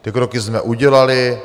Ty kroky jsme udělali.